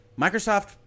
Microsoft